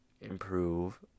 improve